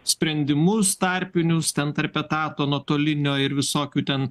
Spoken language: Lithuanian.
sprendimus tarpinius ten tarp etato nuotolinio ir visokių ten